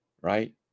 right